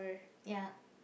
ya